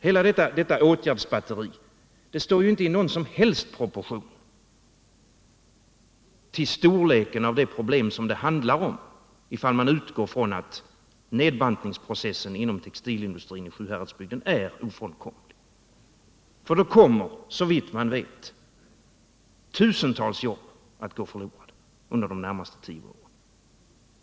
Hela detta åtgärdsbatteri står inte i någon som helst proportion till storleken av de problem som det handlar om, ifall man utgår från att nedbantningsprocessen inom textilindustrin i Sjuhäradsbygden är ofrånkomlig. För då kommer, såvitt man vet, tusentals jobb att gå förlorade under de närmaste tio åren.